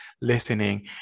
listening